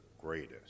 greatest